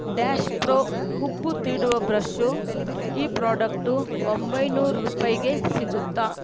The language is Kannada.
ಡ್ಯಾಶ್ ಪ್ರೋ ಹುಬ್ಬು ತೀಡುವ ಬ್ರಶ್ಶು ಈ ಪ್ರೋಡಕ್ಟು ಒಂಬೈನೂರ್ರುಪಾಯಿಗೆ ಸಿಗುತ್ತ